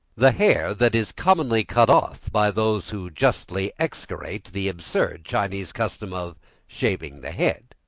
the hair that is commonly cut off by those who justly execrate the absurd chinese custom of shaving the head.